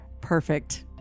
perfect